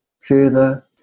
further